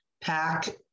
Pack